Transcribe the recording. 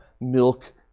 milk